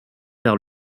vers